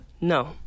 No